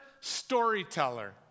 storyteller